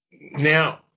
Now